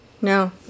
no